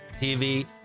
TV